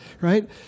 right